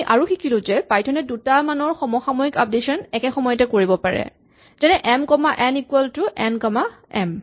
আমি আৰু শিকিলো যে পাইথন এ দুটা মানৰ সমসাময়িক আপডেচন একেসময়তে কৰিব পাৰে যেনে M comma N equal to N comma M